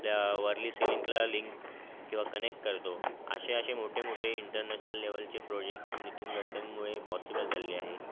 आपल्या वरळी सीलिंकला लिंक किंवा कनेक्ट करतो असे असे मोठे मोठे इंटरनॅशनल लेव्हलचे प्रोजेक्ट नितीन गडकरींमुळे पॉसिबल झालेले आहेत